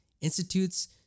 institutes